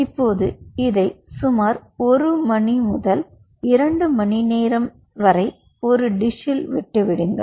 இப்போது இதை சுமார் 1 முதல் 2 மணி நேரம் ஒரு டிஷில் விட்டு விடுங்கள்